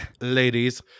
ladies